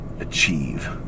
Achieve